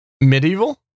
Medieval